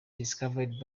discovered